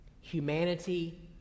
Humanity